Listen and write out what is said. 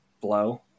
blow